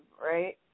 right